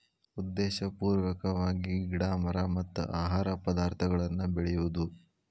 ಉದ್ದೇಶಪೂರ್ವಕವಾಗಿ ಗಿಡಾ ಮರಾ ಮತ್ತ ಆಹಾರ ಪದಾರ್ಥಗಳನ್ನ ಬೆಳಿಯುದು